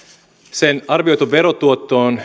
sen arvioitu verotuotto on